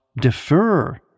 defer